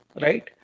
right